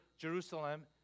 Jerusalem